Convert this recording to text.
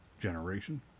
generation